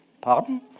Pardon